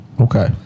okay